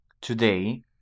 Today